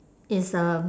is um